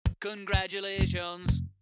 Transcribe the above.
Congratulations